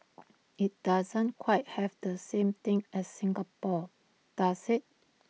IT doesn't quite have the same thing as Singapore does IT